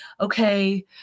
okay